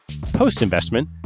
Post-investment